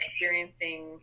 experiencing